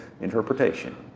interpretation